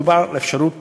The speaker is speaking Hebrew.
מדובר על האפשרות